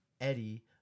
Eddie